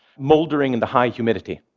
moldering in the high humidity.